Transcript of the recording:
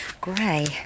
Grey